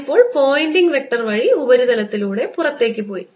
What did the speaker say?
അത് ഇപ്പോൾ Poynting vector വഴി ഉപരിതലത്തിലൂടെ പുറത്തേക്ക് പോയി